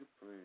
please